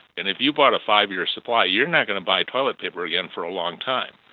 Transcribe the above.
and if you bought a five year supply, you're not going to buy toilet paper again for a long time.